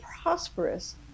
prosperous